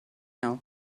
now